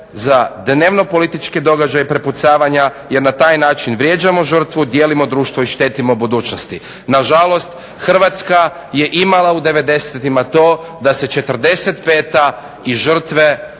za dnevno političke-događaje i prepucavanja jer na taj način vrijeđamo žrtvu, dijelimo društvo i štetimo budućnosti. Nažalost, Hrvatska je imala u '90-ima to da se '45. i žrtve